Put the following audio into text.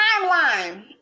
Timeline